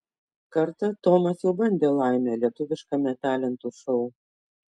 kartą tomas jau bandė laimę lietuviškame talentų šou